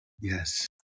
yes